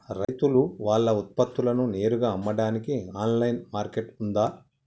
రైతులు వాళ్ల ఉత్పత్తులను నేరుగా అమ్మడానికి ఆన్లైన్ మార్కెట్ ఉందా?